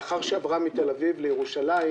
לאחר שעברה מתל אביב לירושלים,